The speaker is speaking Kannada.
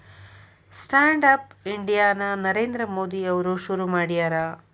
ಸ್ಟ್ಯಾಂಡ್ ಅಪ್ ಇಂಡಿಯಾ ನ ನರೇಂದ್ರ ಮೋದಿ ಅವ್ರು ಶುರು ಮಾಡ್ಯಾರ